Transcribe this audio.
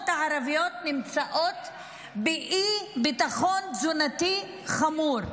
הערביות נמצאות באי-ביטחון תזונתי חמור.